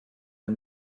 and